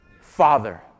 Father